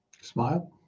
Smile